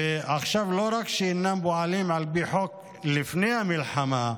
עכשיו לא רק שלא פועלים לפי חוק לפני המלחמה,